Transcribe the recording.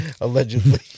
Allegedly